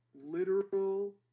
literal